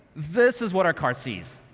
this is what our car sees.